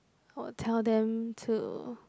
I will tell them to